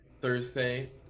Thursday